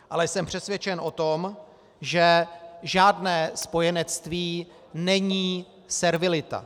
Ale jsem přesvědčen o tom, že žádné spojenectví není servilita.